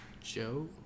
Joe